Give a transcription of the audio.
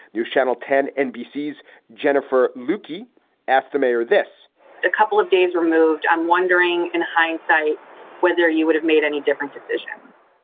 news channel ten nbc news jennifer mooky asked the mayor this a couple of days removed i'm wondering in hindsight whether you would have made any different decisions.